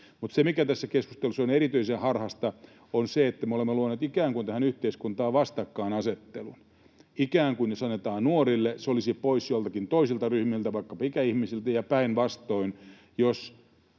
Mutta se, mikä tässä keskustelussa on erityisen harhaista, on se, että me olemme ikään kuin luoneet tähän yhteiskuntaan vastakkainasettelun. Ikään kuin jos annetaan nuorille, se olisi pois joltakin toiselta ryhmältä, vaikka ikäihmisiltä, ja päinvastoin, jos